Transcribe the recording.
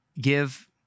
give